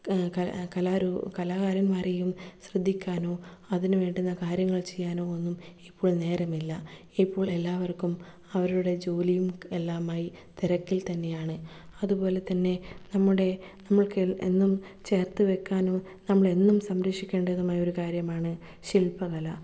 കലാകാരൻമാരേയും ശ്രദ്ധിക്കാനോ അതിനു വേണ്ടുന്ന കാര്യങ്ങൾ ചെയ്യാനോ ഒന്നും ഇപ്പോൾ നേരമില്ല ഇപ്പോൾ എല്ലാവർക്കും അവരുടെ ജോലിയും എല്ലാമായി തിരക്കിൽ തന്നെയാണ് അതുപോലെതന്നെ നമ്മുടെ നമ്മൾക്ക് എന്നും ചേർത്ത് വയ്ക്കാനും നമ്മളെന്നും സംരക്ഷിക്കേണ്ടതുമായ ഒരു കാര്യമാണ് ശില്പകല